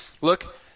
look